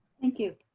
thank you.